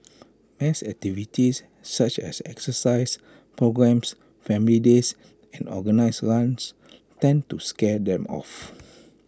mass activities such as exercise programmes family days and organised runs tend to scare them off